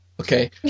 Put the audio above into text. Okay